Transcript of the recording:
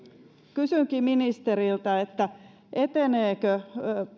kysynkin ministeriltä eteneekö